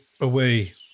away